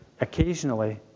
occasionally